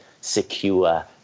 secure